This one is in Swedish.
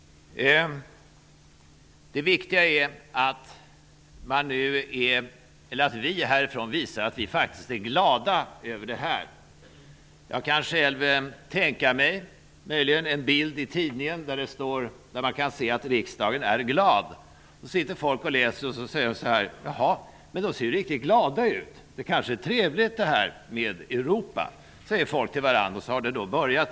Det viktiga är att vi i riksdagen visar att vi är glada över resultatet. Jag kan tänka mig en bild i tidningen där det syns att riksdagen är glad. Då sitter folk och läser och konstaterar att riksdagen ser riktigt glad ut. ''Det är kanske trevligt med Europa.'' Då har det hela börjat.